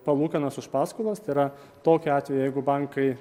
palūkanas už paskolas tai yra tokiu atveju jeigu bankai